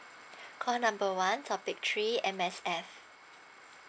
call number one topic three M_S_F